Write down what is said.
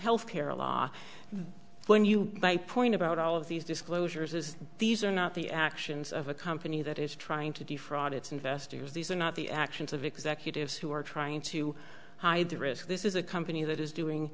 health care a law when you buy point about all of these disclosures as these are not the actions of a company that is trying to defraud its investors these are not the actions of executives who are trying to hide the risk this is a company that is doing